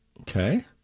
Okay